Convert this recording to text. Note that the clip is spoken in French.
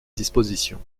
disposition